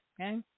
okay